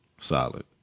solid